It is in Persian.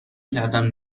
کردم